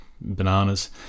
bananas